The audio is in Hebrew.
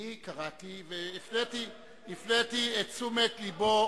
אני קראתי והפניתי את תשומת לבו